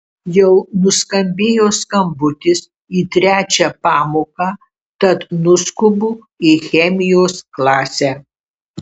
jau nuskambėjo skambutis į trečią pamoką tad nuskubu į chemijos klasę